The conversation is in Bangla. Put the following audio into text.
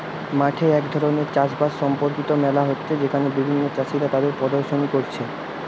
মাঠে এক ধরণের চাষ বাস সম্পর্কিত মেলা হচ্ছে যেখানে বিভিন্ন চাষীরা তাদের প্রদর্শনী কোরছে